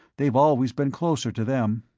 they've always been closer to them.